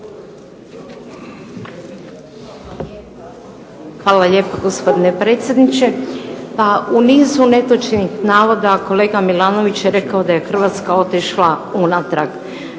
Hvala lijepa gospodine predsjedniče. Pa u nizu netočnih navoda kolega MIlanović je rekao da je Hrvatska otišla unatrag.